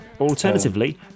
Alternatively